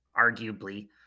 arguably